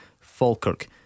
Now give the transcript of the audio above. Falkirk